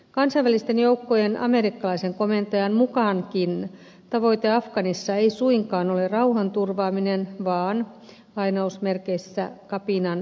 kansainvälisten joukkojen amerikkalaisen komentajankin mukaan tavoite afganistanissa ei suinkaan ole rauhanturvaaminen vaan kapinan kukistaminen